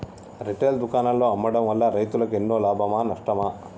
Retail దుకాణాల్లో అమ్మడం వల్ల రైతులకు ఎన్నో లాభమా నష్టమా?